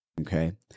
Okay